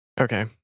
Okay